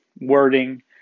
wording